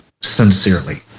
sincerely